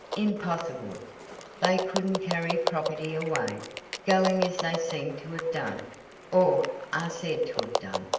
impossible they couldn't carry property away going as they seem to have done or are said to have done!